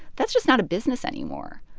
that's just not a business anymore.